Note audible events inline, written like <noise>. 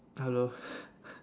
hello <breath>